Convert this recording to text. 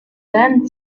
then